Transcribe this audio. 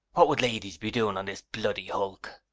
what would ladies be doing on this bloody hulk?